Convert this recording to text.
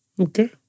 Okay